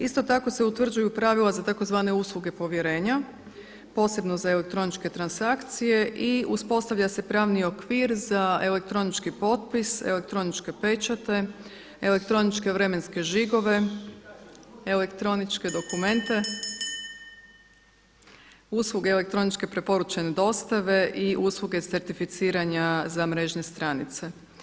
Isto tako se utvrđuju pravila za tzv. usluge povjerenja, posebno za elektroničke transakcije i uspostavlja se pravni okvir za elektronički potpis, elektroničke pečate, elektroničke vremenske žigove, elektroničke dokumente, usluge elektroničke preporučene dostave i usluge certificiranja za mrežne stranice.